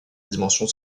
dimensions